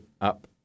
up